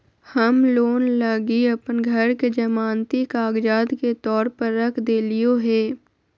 हम लोन लगी अप्पन घर के जमानती कागजात के तौर पर रख देलिओ हें